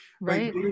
right